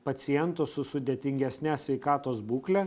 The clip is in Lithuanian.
pacientų su sudėtingesne sveikatos būkle